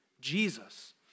Jesus